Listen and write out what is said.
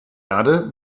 erde